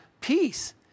peace